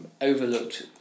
overlooked